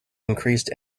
increased